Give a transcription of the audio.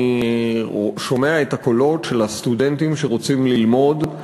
אני שומע את הקולות של הסטודנטים שרוצים ללמוד,